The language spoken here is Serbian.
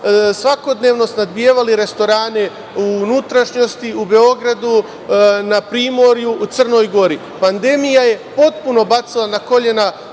svakodnevno snabdevali restorane u unutrašnjosti, u Beogradu, na primorju, u Crnoj Gori. Pandemija je potpuno bacila na kolena